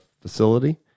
facility